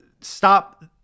stop